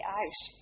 out